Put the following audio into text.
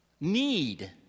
need